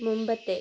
മുമ്പത്തെ